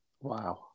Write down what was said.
Wow